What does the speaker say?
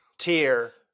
tier